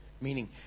Meaning